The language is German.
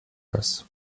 das